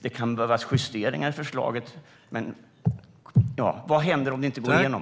Det kan behövas justeringar av förslaget, men vad händer om det inte går igenom?